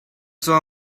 saw